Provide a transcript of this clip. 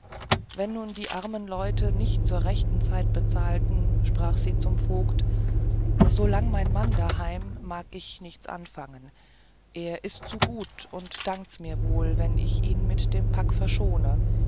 wenn nun die armen leute nicht zu rechter zeit bezahlten sprach sie zum vogt solang mein mann da heim mag ich nichts anfangen er ist zu gut und dankt mir's wohl wenn ich ihn mit dem plack verschone